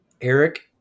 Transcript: Eric